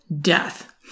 death